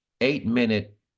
eight-minute